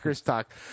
talk